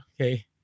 okay